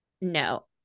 No